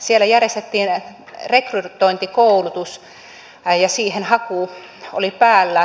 siellä järjestettiin rekrytointikoulutus ja siihen haku oli päällä